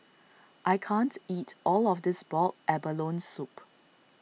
I can't eat all of this Boiled Abalone Soup